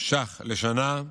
ש"ח בשנה.